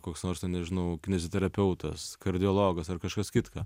koks nors ten nežinau kineziterapeutas kardiologas ar kažkas kitka